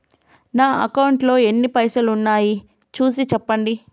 నా అకౌంట్లో ఎన్ని పైసలు ఉన్నాయి చూసి చెప్పండి?